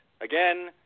Again